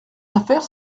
affaires